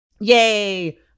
Yay